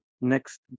next